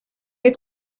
het